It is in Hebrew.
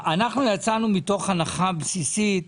אנחנו יצאנו מתוך הנחה בסיסית,